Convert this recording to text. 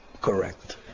Correct